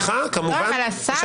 לא, אבל השר יודע.